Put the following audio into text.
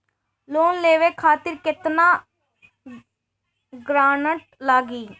Loan लेवे खातिर केतना ग्रानटर लागी?